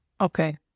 Okay